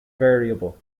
variable